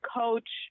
coach